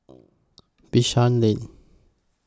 Bishan Lane